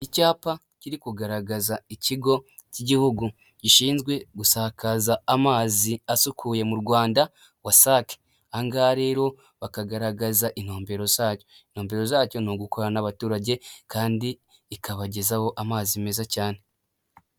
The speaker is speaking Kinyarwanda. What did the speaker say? Icyapa kiri kugaragaza ikigo cy'igihugu gishinzwe gusakaza amazi asukuye mu Rwanda wasake ahangaha rero bakagaragaza intumbero zacyo. Intumbero zacyo ni ugukorana n'abaturage kandi ikabagezaho amazi meza cyane.